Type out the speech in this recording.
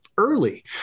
early